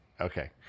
Okay